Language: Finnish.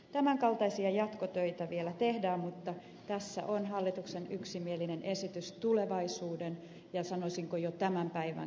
tämänkaltaisia jatkotöitä vielä tehdään mutta tässä on hallituksen yksimielinen esitys tulevaisuuden ja sanoisinko jo tämänkin päivän yhdistyselämään